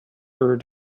her